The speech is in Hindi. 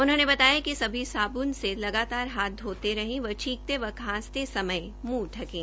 उन्होंने बताया कि सभी साबुन से लगातार हाथ धोते रहें व छींकते व खांसते समय मूंह ढकें